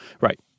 Right